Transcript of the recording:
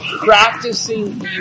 practicing